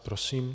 Prosím.